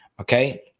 okay